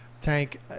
tank